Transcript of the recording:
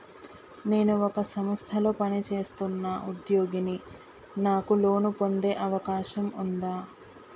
నేను ఒక సంస్థలో పనిచేస్తున్న ఉద్యోగిని నాకు లోను పొందే అవకాశం ఉందా?